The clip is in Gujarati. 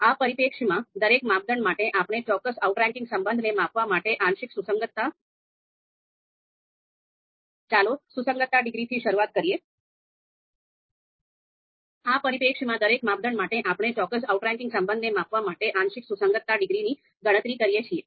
આ પરિપ્રેક્ષ્યમાં દરેક માપદંડ માટે આપણે ચોક્કસ આઉટરેંકિંગ સંબંધને માપવા માટે આંશિક સુસંગતતા ડિગ્રીની ગણતરી કરીએ છીએ